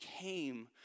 came